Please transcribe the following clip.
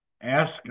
ask